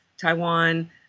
Taiwan